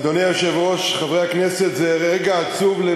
אדוני היושב-ראש, חברי הכנסת,